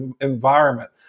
environment